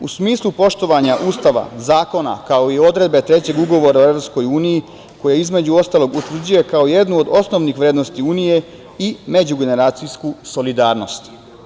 U smislu poštovanja Ustava, zakona, kao i odredbe trećeg Ugovora Evropskoj uniji, koja između ostalog utvrđuje kao jednu od osnovnih vrednosti Unije i međugeneracijsku solidarnost.